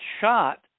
shot